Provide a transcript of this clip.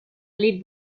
les